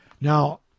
Now